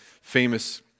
famous